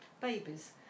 babies